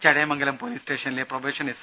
Chadayamangalam police സ്റ്റേഷനിലെ probation S